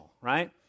right